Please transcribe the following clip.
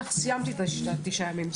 סיימת את התשעה ימים,